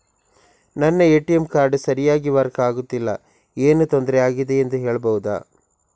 ನನ್ನ ATM card ಸರಿಯಾಗಿ work ಆಗುತ್ತಿಲ್ಲ, ಏನು ತೊಂದ್ರೆ ಆಗಿದೆಯೆಂದು ಹೇಳ್ಬಹುದಾ?